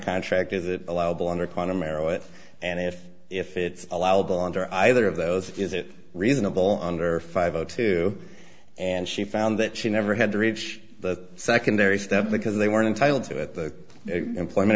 contract is it allowable under quantum arrow it and if if it's allowable under either of those is it reasonable under five o two and she found that she never had to reach the secondary step because they weren't entitled to employment